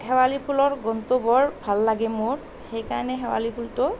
শেৱালি ফুলৰ গোন্ধটো বৰ ভাল লাগে মোৰ সেইকাৰণে শেৱালি ফুলটো